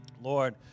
Lord